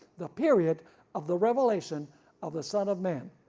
the period of the revelation of the son of man.